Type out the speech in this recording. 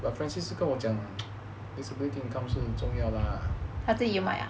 but francis 是跟我讲 income 是重要 lah